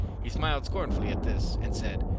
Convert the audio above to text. he smiled scornfully at this, and said,